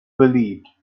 believed